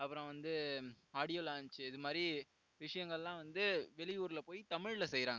அப்புறம் வந்து audio launch இது மாதிரி விஷயங்கள்லாம் வந்து வெளியூரில் போய் தமிழில் செய்கிறாங்க